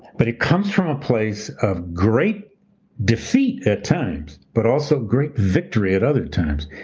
but it comes from a place of great defeat at times, but also great victory at other times.